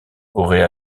aurait